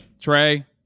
Trey